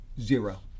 Zero